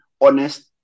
honest